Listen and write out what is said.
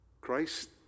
Christ